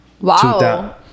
Wow